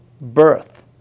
birth